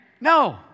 no